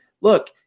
look